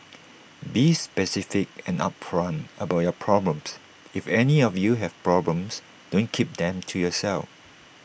be specific and upfront about your problems if any of you have problems don't keep them to yourself